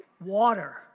water